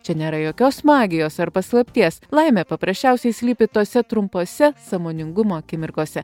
čia nėra jokios magijos ar paslapties laimė paprasčiausiai slypi tose trumpose sąmoningumo akimirkose